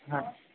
হ্যাঁ